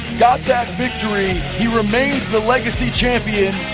got that victory. he remains the legacy champion